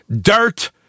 dirt